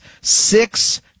six